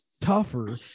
tougher